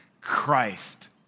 Christ